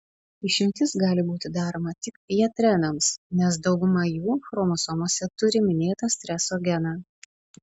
išimtis gali būti daroma tik pjetrenams nes dauguma jų chromosomose turi minėtą streso geną